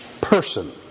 person